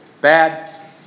Bad